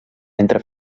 entre